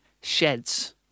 sheds